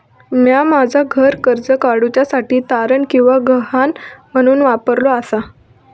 म्या माझा घर कर्ज काडुच्या साठी तारण किंवा गहाण म्हणून वापरलो आसा